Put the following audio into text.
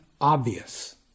obvious